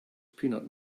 peanut